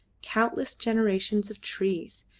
countless generations of trees,